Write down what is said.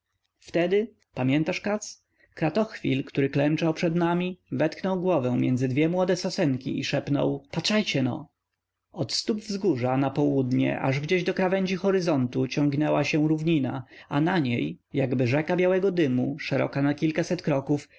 wtedy pamiętasz katz kratochwil który klęczał przed nami wetknął głowę między dwie młode sosenki i szepnął patrzajcie-no od stóp wzgórza na południe aż gdzieś do krawędzi horyzontu ciągnęła się równina a na niej jakby rzeka białego dymu szeroka na kilkaset kroków